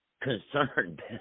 concerned